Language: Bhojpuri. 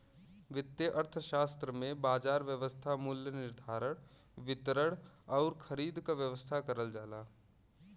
वित्तीय अर्थशास्त्र में बाजार व्यवस्था मूल्य निर्धारण, वितरण आउर खरीद क व्यवस्था करल जाला